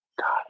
God